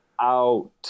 Out